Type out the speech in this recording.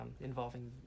involving